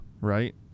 right